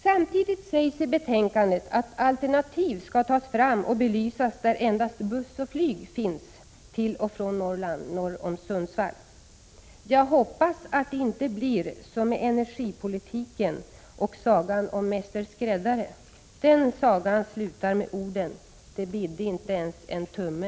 Samtidigt sägs i betänkandet att alternativ skall tas fram och belysas där endast buss och flyg finns till och från Norrland norr om Sundsvall. Jag hoppas att det inte blir som med energipolitiken och sagan om mäster skräddare. Den sagan slutar med orden: Det bidde inte ens en tumme.